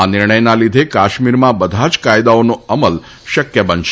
આ નિર્ણયના લીધે કાશ્મીરમાં બધા જ કાયદાઓનો અમલ શક્ય બનશે